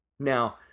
Now